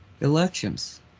elections